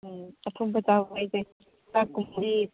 ꯑꯥ ꯑꯊꯨꯝꯕ ꯆꯥꯕ ꯍꯥꯏꯁꯦ ꯆꯥꯛꯀꯨꯝꯕꯗꯤ